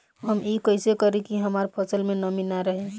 हम ई कइसे करी की हमार फसल में नमी ना रहे?